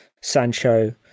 Sancho